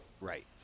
Right